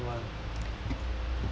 I saw someone